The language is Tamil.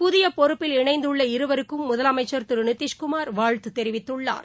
புதியபொறுப்பில் இணைந்துள்ள இருவருக்கும் முதலமைச்சர் திருநிதிஷ் குமார் வாழ்த்துதெரிவித்துள்ளார்